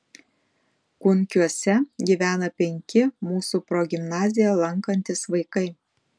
kunkiuose gyvena penki mūsų progimnaziją lankantys vaikai